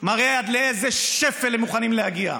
מראות עד לאיזה שפל הם מוכנים להגיע.